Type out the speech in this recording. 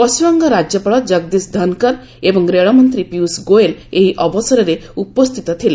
ପଶ୍ଚିମବଙ୍ଗ ରାଜ୍ୟପାଳ ଜଗଦୀଶ ଧନକର ଏବଂ ରେଳମନ୍ତ୍ରୀ ପିୟୁଷ ଗୋଏଲ ଏହି ଅବସରରେ ଉପସ୍ଥିତ ଥିଲେ